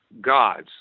gods